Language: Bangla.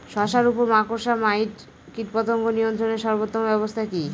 শশার উপর মাকড়সা মাইট কীটপতঙ্গ নিয়ন্ত্রণের সর্বোত্তম ব্যবস্থা কি?